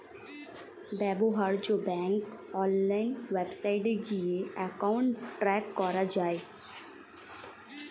ব্যবহার্য bank online ওয়েবসাইটে গিয়ে অ্যাকাউন্ট ট্র্যাক করা যায়